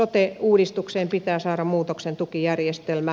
sote uudistukseen pitää saada muutoksentukijärjestelmä